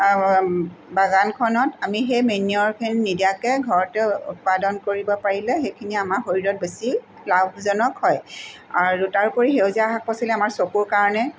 বাগানখনত আমি সেই মেনিয়ৰখিনি নিদিয়াকৈ ঘৰতে উৎপাদন কৰিব পাৰিলে সেইখিনি আমাৰ শৰীৰত বেছি লাভজনক হয় আৰু তাৰোপৰি সেউজীয়া শাক পাচলি আমাৰ চকুৰ কাৰণে